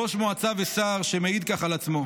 ראש מועצה ושר שמעיד כך על עצמו?